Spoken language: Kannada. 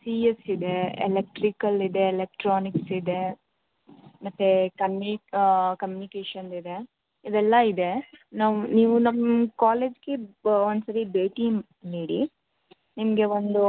ಸಿ ಎಸ್ ಇದೆ ಎಲೆಕ್ಟ್ರಿಕಲ್ ಇದೆ ಎಲೆಕ್ಟ್ರಾನಿಕ್ಸ್ ಇದೆ ಮತ್ತು ಕಮ್ಮಿ ಕಮ್ಯೂನಿಕೇಷನ್ ಇದೆ ಇದೆಲ್ಲ ಇದೆ ನಾವು ನೀವು ನಮ್ಮ ಕಾಲೇಜ್ಗೆ ಒಂದು ಸರಿ ಭೇಟಿ ನೀಡಿ ನಿಮಗೆ ಒಂದು